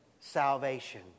salvation